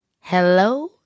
Hello